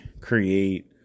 create